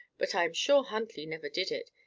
but i am sure huntley never did it.